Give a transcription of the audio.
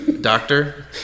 doctor